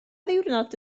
ddiwrnod